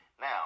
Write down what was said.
Now